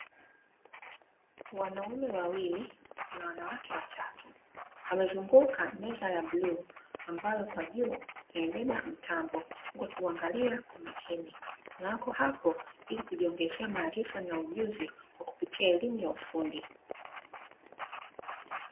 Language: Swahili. Wanaume wawili na wanawake watatu wamezunguka meza ya bluu ambayo kwa juu imebeba mtambo, wakiuangalia kwa makini na wapo hapo ili kujiongezea maarifa na ujuzi kupitia elimu ya ufundi.